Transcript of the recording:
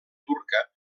turca